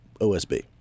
OSB